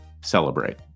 celebrate